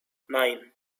nine